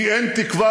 כי אין תקווה.